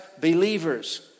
believers